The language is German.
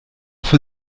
für